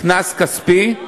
קנס כספי.